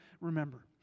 remember